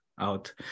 Out